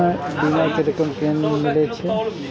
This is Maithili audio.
बीमा के रकम केना मिले छै?